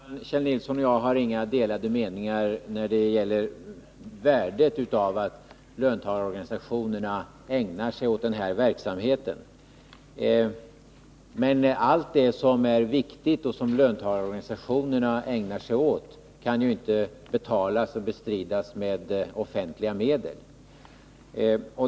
Herr talman! Kjell Nilsson och jag har inga delade meningar om värdet av att löntagarorganisationerna ägnar sig åt den här verksamheten, men allt det som är viktigt och som löntagarorganisationerna ägnar sig åt kan ju inte bestridas med offentliga medel.